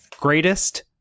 greatest